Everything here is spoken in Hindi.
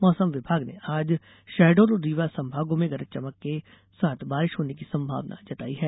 मौसम विभाग ने आज शहडोल और रीवा संभागों में गरज चमक के बारिश होने की संभावना जताई है